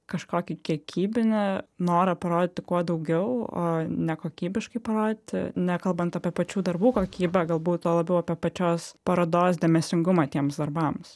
kažkokį kiekybinį norą parodyti kuo daugiau o nekokybiškai parodyti nekalbant apie pačių darbų kokybę galbūt tuo labiau apie pačios parodos dėmesingumą tiems darbams